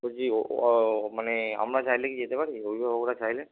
বলছি ও মানে আমরা চাইলে কি যেতে পারি অভিভাবকরা চাইলে